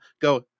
go